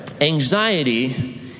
anxiety